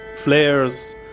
flares,